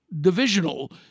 divisional